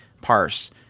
Parse